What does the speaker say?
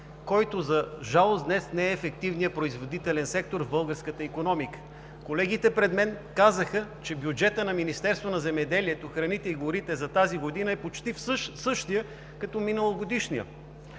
който, за жалост, днес не е ефективният производителен сектор в българската икономика. Колегите пред мен казаха, че бюджетът на Министерството на земеделието, храните и горите за тази година е почти същият като миналогодишния.